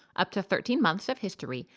up to thirteen months of history,